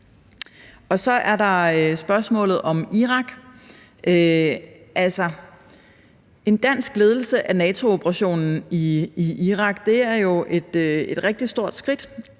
Så er der spørgsmålet om Irak. Altså, en dansk ledelse af NATO-operationen i Irak er et rigtig stort skridt,